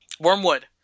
Wormwood